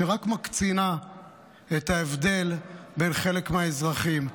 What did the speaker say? שרק מקצינה את ההבדל בין חלק מהאזרחים,